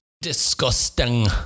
Disgusting